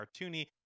cartoony